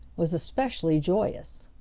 was especially joyous.